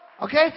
Okay